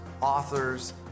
authors